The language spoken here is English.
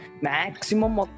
Maximum